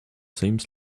same